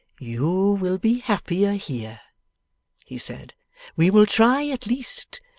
you will be happier here he said we will try, at least,